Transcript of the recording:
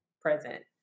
present